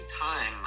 time